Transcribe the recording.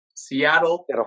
Seattle